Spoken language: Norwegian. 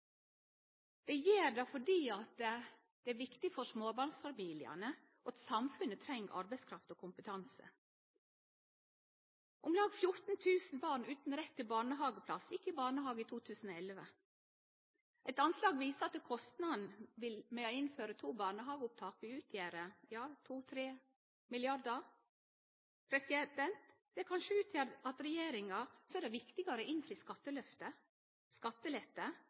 gjer det fordi det er viktig for småbarnsfamiliane, og fordi samfunnet treng arbeidskraft og kompetanse. Om lag 14 000 barn utan rett til barnehageplass gjekk i barnehage i 2011. Eit anslag viser at kostnadene med å innføre to barnehageopptak vil utgjere 2–3 mrd. kr. Det kan sjå ut til at det for regjeringa er viktigare å innfri løftet om skattelette